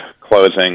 closing